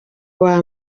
uwa